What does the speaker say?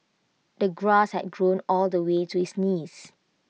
the grass had grown all the way to his knees